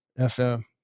FM